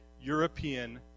european